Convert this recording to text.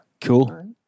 Cool